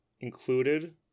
included